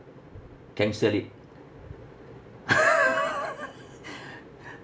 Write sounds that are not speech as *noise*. cancel it *laughs*